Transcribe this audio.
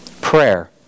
Prayer